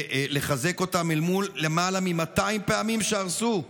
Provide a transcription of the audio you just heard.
לחזק אותם אל מול 200 פעמים שהרסו.